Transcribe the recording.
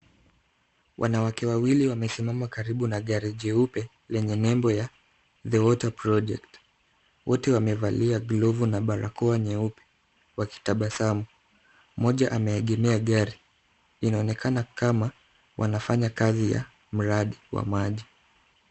Wanawake wawili wamesimama karibu na gari jeupe lenye nembo ya the water project . Wote wamevalia glovu na barakoa nyeupe wakitabasamu. Mmoja ameegemea gari. Inaonekana kama wanafanya kazi ya mradi wa maji.